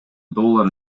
доллар